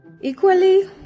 Equally